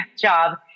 job